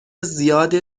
زیاد